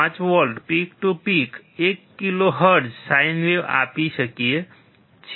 5V peak to peak 1kHz sine wave આપી શકીયે છીએ